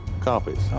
Carpets